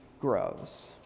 grows